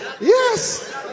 Yes